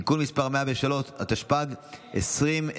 (תיקון מס' 103), התשפ"ג 2023,